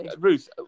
ruth